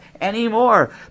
anymore